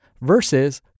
versus